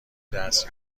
دست